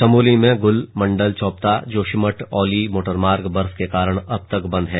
चमोली में गुलमंडल चोप्ताजोशीमठ औली मोटर मार्ग बर्फ के कारण अब तक बंद है